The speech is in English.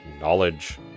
knowledge